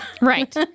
Right